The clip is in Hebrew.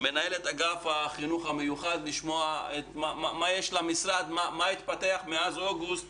מנהלת אגף החינוך המיוחד במשרד החינוך כדי לשמוע מה התפתח מאז אוגוסט